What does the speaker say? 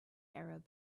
arab